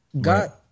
God